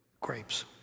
grapes